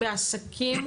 בעסקים,